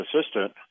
assistant –